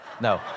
No